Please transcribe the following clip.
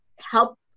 help